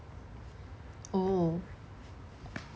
oh